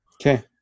Okay